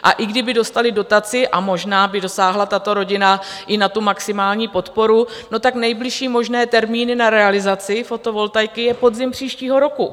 A i kdyby dostali dotaci a možná by dosáhla tato rodina i na tu maximální podporu, no tak nejbližší možný termín na realizaci fotovoltaiky je podzim příštího roku.